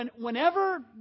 whenever